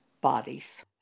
bodies